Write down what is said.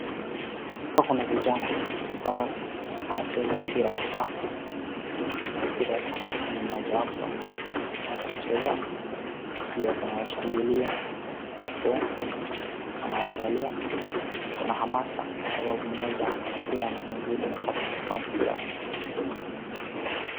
Hapa kuna vijana ambao wanacheza mpira wa kikapu. Mpira wa kikapu ni mojawapo watu hucheza. Pia kuna washangilia huko wanawaangalia. Kuna hamasa kwasababu mmoja na mpira na mwingine anataka kuchukua mpira.